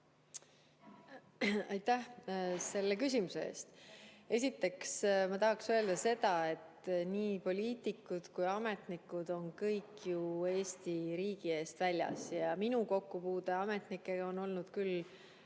Aitäh selle küsimuse eest! Esiteks tahaksin öelda seda, et nii poliitikud kui ka ametnikud on kõik ju Eesti riigi eest väljas. Minu kokkupuude ametnikega on olnud küll